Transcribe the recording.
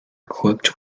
equipped